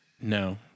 no